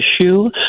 issue